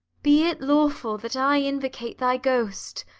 be it lawful that i invocate thy ghost,